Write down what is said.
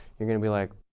you're going to be like,